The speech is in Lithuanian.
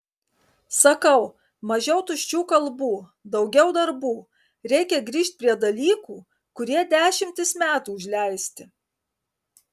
sakau mažiau tuščių kalbų daugiau darbų reikia grįžt prie dalykų kurie dešimtis metų užleisti